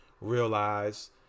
realize